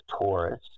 Taurus